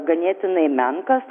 ganėtinai menkas